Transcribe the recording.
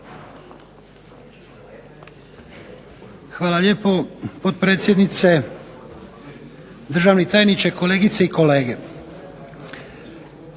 Hvala lijepo, potpredsjednice. Državni tajniče, kolegice i kolege.